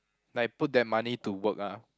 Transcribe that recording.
like put that money to work ah